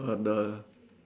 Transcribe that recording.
err the